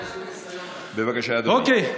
בבקשה, אדוני.